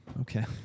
okay